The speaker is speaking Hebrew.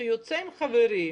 שיוצא עם חברים,